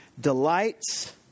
delights